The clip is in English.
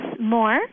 more